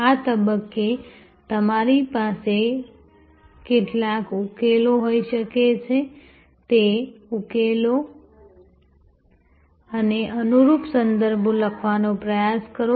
આ તબક્કે તમારી પાસે કેટલાક ઉકેલો હોઈ શકે છે તે ઉકેલો અને અનુરૂપ સંદર્ભો લખવાનો પ્રયાસ કરો